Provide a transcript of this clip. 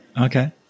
okay